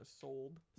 Sold